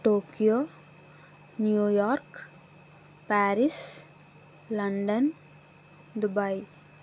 Tokyo New York Paris London Dubai